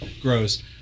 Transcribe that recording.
grows